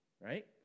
right